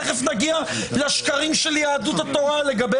תכף נגיע לשקרים של יהדות התורה לגבי